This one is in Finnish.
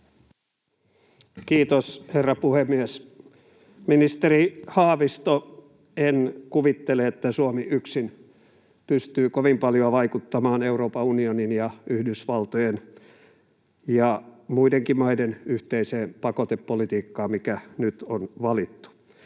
Kiitos, herra puhemies! Ministeri Haavisto, en kuvittele, että Suomi yksin pystyy kovin paljoa vaikuttamaan Euroopan unionin ja Yhdysvaltojen ja muidenkin maiden yhteiseen pakotepolitiikkaan, mikä nyt on valittu.